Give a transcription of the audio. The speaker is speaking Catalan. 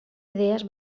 idees